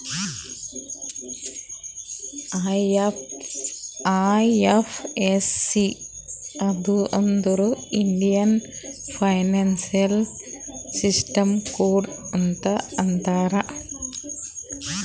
IFSC ಅಂದುರ್ Indian financial system code ಅಂತ್ ಅಂತಾರ್